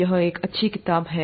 यह एक अच्छी किताब भी है